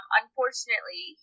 unfortunately